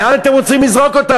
לאן אתם רוצים לזרוק אותן,